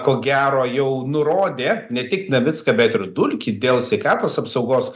ko gero jau nurodė ne tik levicką bet ir dulkį dėl sveikatos apsaugos